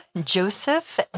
Joseph